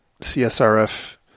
CSRF